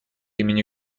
имени